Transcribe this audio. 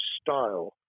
style